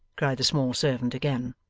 cried the small servant again.